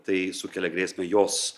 tai sukelia grėsmę jos